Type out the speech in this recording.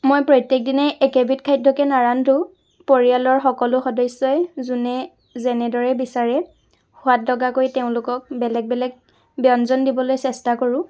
মই প্ৰত্যেক দিনাই একেবিধ খাদ্যকে নাৰান্ধো পৰিয়ালৰ সকলো সদস্যই যোনে যেনেদৰে বিচাৰে সোৱাদ লগাকৈ তেওঁলোকক বেলেগ বেলেগ ব্যঞ্জন দিবলৈ চেষ্টা কৰোঁ